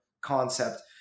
concept